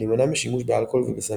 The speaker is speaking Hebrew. ולהימנע משימוש באלכוהול ובסמים.